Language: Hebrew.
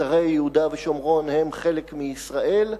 מוצרי יהודה ושומרון הם חלק מישראל,